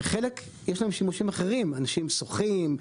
ולחלק יש שימושים אחרים אנשים שוחים,